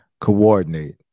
coordinate